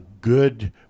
good